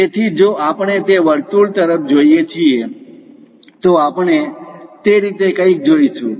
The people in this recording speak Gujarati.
તેથી જો આપણે તે વર્તુળ તરફ જોઈએ છીએ તો આપણે તે રીતે કંઈક જોશું